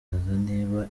niba